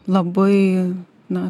labai na